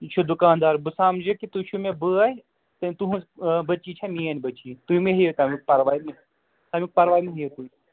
یہِ چھُ دُکانٛدار بہٕ سَمجہٕ یہِ کہِ تُہۍ چھُو مےٚ بٲے تہٕ تُہٕنٛز بَچی چھِ میٛٲنۍ بَچی تُہۍ مٔہ ہیٚیِو تَمیُک پَرواے تَمیک پَرواے مٔہ ہیٚیِو تُہۍ